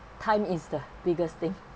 time is the biggest thing